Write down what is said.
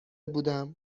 بودم